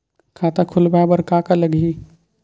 खाता खुलवाय बर का का लगही?